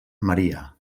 maria